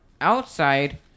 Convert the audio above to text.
outside